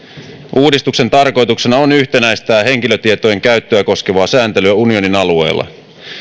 uudistuksen tarkoituksena on yhtenäistää henkilötietojen käyttöä koskevaa sääntelyä unionin alueella